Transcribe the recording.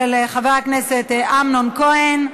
של חבר הכנסת אמנון כהן.